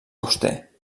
auster